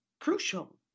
crucial